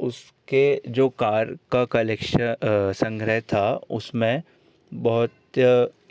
उसके जो कार का कलेक्शन संग्रह था उसमें बहुत